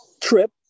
trip